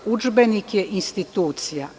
Udžbenik je institucija.